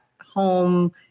home